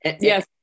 Yes